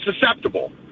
susceptible